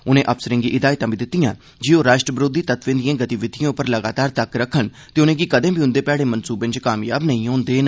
उनें अफसरें गी हिदायतां बी दित्तिआं जे ओह् राष्ट्र बरोधी तत्वें दिए गतिविधिए उप्पर लगातार तक्क रक्खन ते उनें'गी कदें बी उदे मैड़े मन्सूबें च कामयाब नेई होन देन